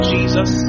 Jesus